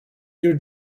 you